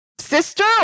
sister